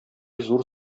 зур